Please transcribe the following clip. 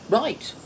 right